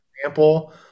example